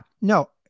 No